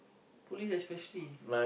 police especially